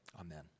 Amen